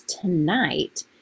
tonight